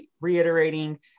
reiterating